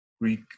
Greek